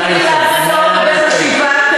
נא לסיים.